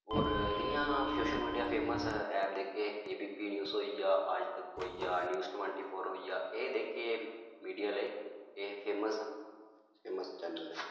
होर जियां social media famous app जेह्के ए बी पी न्यूज़ होई गेआ आजतक होई गेआ न्यूज़ टवेंटी फोर होई गेआ ऐ एह् जेह्के मीडिया आह्ले एह् फेमस फेमल चैनेल न